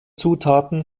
zutaten